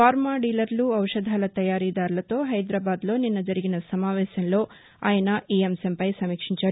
pharma డీలర్లు ఔషధాల తయారీ దారులతో హైదరాబాద్ లో నిన్న జరిగిన సమావేశంలో ఆయన ఈ అంశంపై సమీక్షించారు